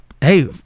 hey